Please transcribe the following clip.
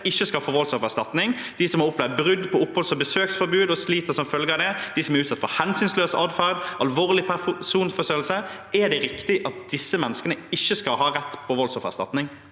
ikke skal få voldsoffererstatning, de som har opplevd brudd på oppholds- og besøksforbud og sliter som følge av det, de som er utsatt for hensynsløs atferd eller alvorlig personforfølgelse? Er det riktig at disse menneskene ikke skal ha rett på voldsoffererstatning?